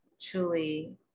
truly